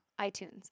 iTunes